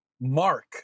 mark